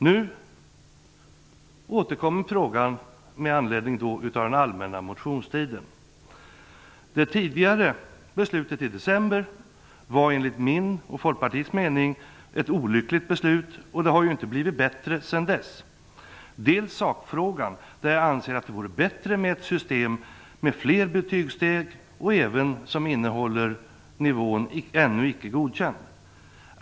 Nu återkommer frågan med anledning av den allmänna motionstiden. Det tidigare beslutet i december var enligt min och Folkpartiets mening ett olyckligt beslut, och det har inte blivit bättre sedan dess. I sakfrågan anser jag att det vore bättre med ett system med fler betygssteg som även innehåller nivån ännu icke godkänt.